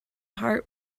heart